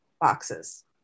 boxes